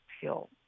feel